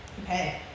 Okay